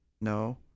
No